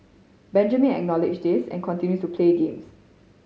Benjamin acknowledge this and continues to play games